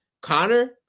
Connor